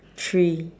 three